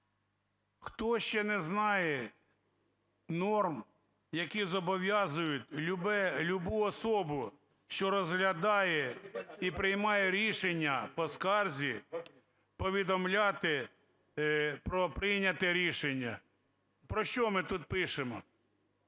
Хто ще не знає норм, які зобов'язують любу особу, що розглядає і приймає рішення по скарзі повідомляти про прийняте рішення. Про що ми тут пишемо?